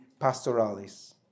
pastoralis